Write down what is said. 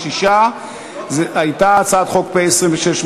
36. זו הייתה הצעת חוק פ/2682,